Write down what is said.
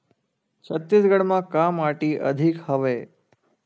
छत्तीसगढ़ म का माटी अधिक हवे?